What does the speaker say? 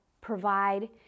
provide